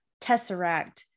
Tesseract